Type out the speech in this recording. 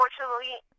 unfortunately